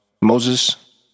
moses